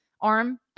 arm